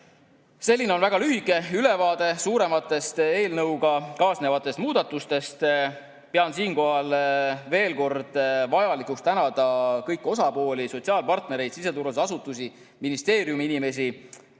Selline on väga lühike ülevaade suurematest eelnõuga kaasnevatest muudatustest. Pean siinkohal veel kord vajalikuks tänada kõiki osapooli, sotsiaalpartnereid, siseturvalisusasutusi, ministeeriumi inimesi,